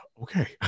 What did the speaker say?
okay